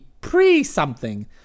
Pre-something